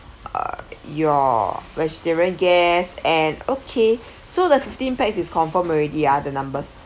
err your vegetarian guests and okay so the fifteen pax is confirm already ah the numbers